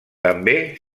també